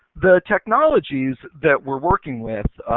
the technologies that we are working with,